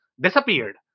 disappeared